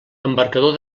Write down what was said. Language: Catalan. embarcador